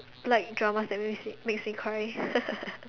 like dramas that makes me makes me cry